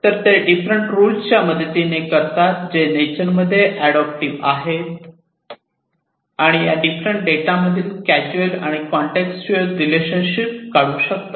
तर ते डिफरंट रुलच्या मदतीने करतात जे नेचरमध्ये अड़ाप्टिव्ह आहेत आणि जे या डिफरंट डेटामधील कॅज्युअल आणि कॉन्टेक्सतुअल रिलेशनशिप काढू शकतात